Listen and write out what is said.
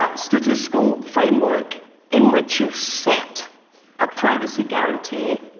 ah statistical framework in which you set a privacy guarantee,